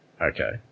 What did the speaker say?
Okay